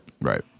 Right